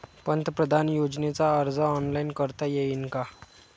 पंतप्रधान योजनेचा अर्ज ऑनलाईन करता येईन का?